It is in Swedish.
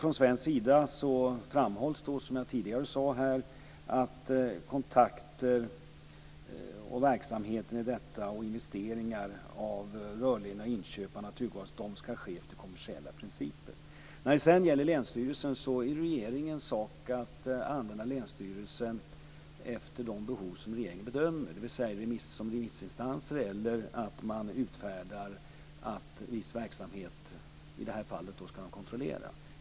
Från svensk sida framhålls, som jag tidigare sade, att kontakter, verksamhet, investeringar av rörledningar och inköp av naturgas skall ske efter kommersiella principer. Det är regeringens sak att använda länsstyrelser efter de behov som regeringen bedömer, dvs. som remissinstanser eller att man utfärdar att de i det här fallet skall kontrollera viss verksamhet.